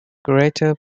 greater